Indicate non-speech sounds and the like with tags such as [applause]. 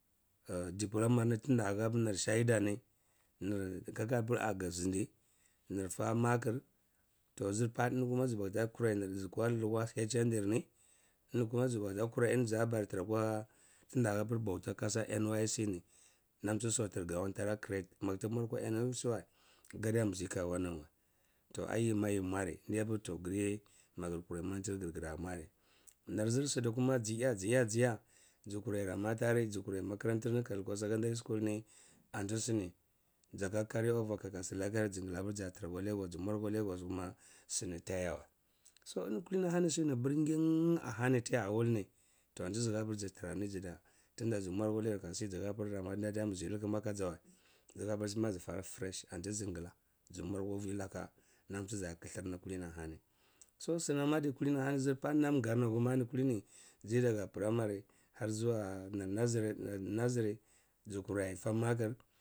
Diplomar ni tirida hahpir nir sheda ni nir… [hesitation] kakapir gzindi nir fa makhir toh zir pallu kuma zi kurai [hesitation] kakapir bwar hnd dirni eni kuma zibabta kurai zabara tira akwa… tinda hahgir bautan kasa nysc ni nam tisultir gawon tara create magita mer akwa nysc wa gada mizi agaya wanan weh toh ai yima yi mwarri ndya apir toh giryeh margir kurai matirgir giru mwarri. Nirzir sidi kuma jiya jiya jiya jikurai ramat. Ari ji kurai makaran tirni ka lukwa secondary school ni and ti sini zaka carry over kaka si laka yar ni zing la apir za tira akwa lagos ji mwar akwa lagos kuma sinim taya wa. So eni palini hani sini birgin… ahani tiya wul ni, toh antizi hahpir zitrar ni zidya tunda zi mwar kwa lagos kasi zilapir ramat dadiamizi likema akaja [hesitation] ndhapir sai ma zi fara fresh anti zigla zimwar akwa vilaka nan tiza kitirl ni kulini ahani so sinam adi kulini-hani zir palde nam nga ni kuma ahani kulini ziyeh daaga primary har zuwa nir… [hesitation] nursery zikurai fa makhir.